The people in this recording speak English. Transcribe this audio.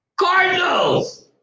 Cardinals